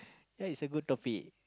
that is a good topic